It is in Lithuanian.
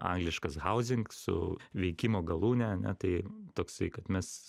angliškas housing su veikimo galūne ane tai toksai kad mes